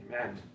Amen